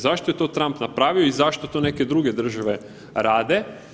Zašto je to Trump napravio i zašto to neke druge države rade?